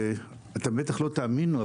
אתם בטח לא תאמינו,